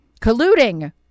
colluding